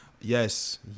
yes